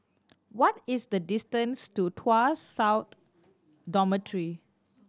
what is the distance to Tuas South Dormitory